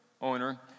owner